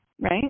right